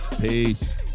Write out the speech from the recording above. peace